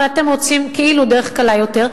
אבל אתם רוצים כאילו דרך קלה יותר,